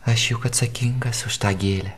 aš juk atsakingas už tą gėlę